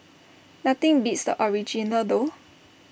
nothing beats the original though